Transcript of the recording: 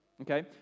okay